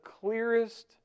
clearest